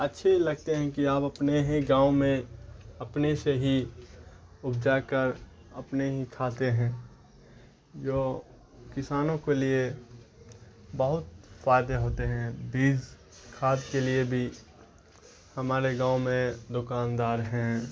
اچھے لگتے ہیں کہ آپ اپنے ہی گاؤں میں اپنے سے ہی اپجا کر اپنے ہی کھاتے ہیں جو کسانوں کے لیے بہت فائدے ہوتے ہیں بیج کھاد کے لیے بھی ہمارے گاؤں میں دکاندار ہیں